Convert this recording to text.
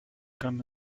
come